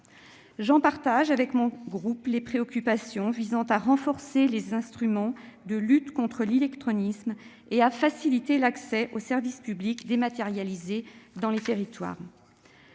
Je partage avec mon groupe les préoccupations de son auteur visant à renforcer les instruments de lutte contre l'illectronisme et à faciliter l'accès aux services publics dématérialisés dans les territoires.